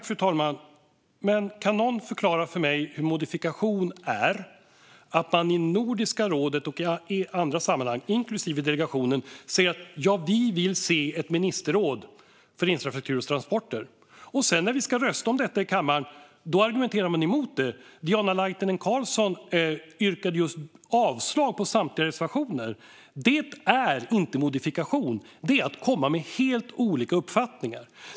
Fru talman! Kan någon förklara för mig hur "modifikation" är att man i Nordiska rådet och i andra sammanhang, inklusive delegationen, säger att vi vill se ett ministerråd för infrastruktur och transporter, och sedan när vi ska rösta om detta i kammaren argumenterar man emot det? Diana Laitinen Carlsson yrkade just avslag på samtliga reservationer. Det är inte modifikation; det är att komma med helt olika uppfattningar.